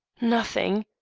nothing,